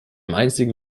einzigen